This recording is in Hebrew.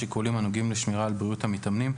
שיקולים הנוגעים לשמירה על בריאות המתאמנים,